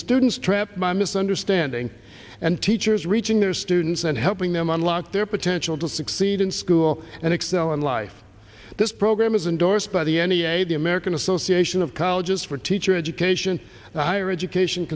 students trapped by misunderstanding and teachers reaching their students and helping them unlock their potential to succeed in school and excel in life this program is indorsed by the n e a the american association of colleges for teacher education the higher education